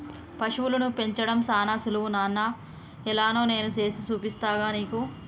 పశువులను పెంచడం సానా సులువు నాన్న ఎలానో నేను సేసి చూపిస్తాగా నీకు